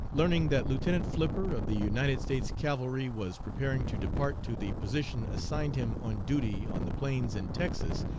learning that lieutenant flipper, of the united states cavalry, was preparing to depart to the position assigned him on duty on the plains in texas,